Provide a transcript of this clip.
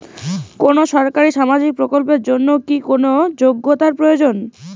কোনো সরকারি সামাজিক প্রকল্পের জন্য কি কোনো যোগ্যতার প্রয়োজন?